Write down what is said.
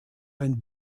ein